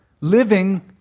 living